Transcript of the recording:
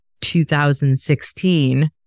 2016